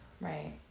right